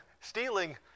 stealing